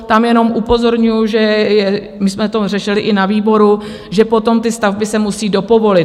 Tam jenom upozorňuju, že jsme to řešili i na výboru, že potom ty stavby se musí dopovolit.